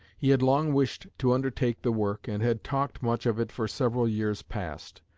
he had long wished to undertake the work, and had talked much of it for several years past.